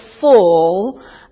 fall